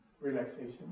relaxation